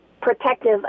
protective